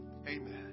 Amen